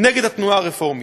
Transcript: נגד התנועה הרפורמית.